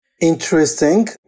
Interesting